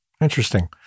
Interesting